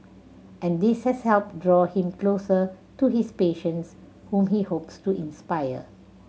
and this has helped draw him closer to his patients whom he hopes to inspire